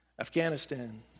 Afghanistan